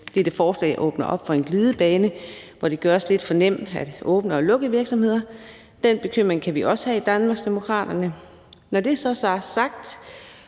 dette forslag åbner op for en glidebane, hvor det gøres lidt for nemt at åbne og lukke virksomheder. Den bekymring kan vi også have i Danmarksdemokraterne. Når det så er sagt,